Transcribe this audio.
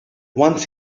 once